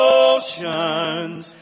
oceans